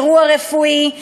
אירוע רפואי,